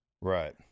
Right